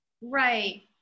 Right